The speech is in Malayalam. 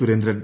സുരേന്ദ്രൻ